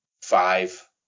five